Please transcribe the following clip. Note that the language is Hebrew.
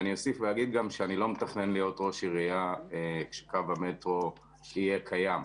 אני אוסיף ואומר שאני לא מתכנן להיות ראש עירייה כשקו המטרו יהיה קיים.